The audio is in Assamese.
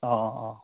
অঁ অঁ